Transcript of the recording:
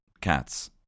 Cats